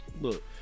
Look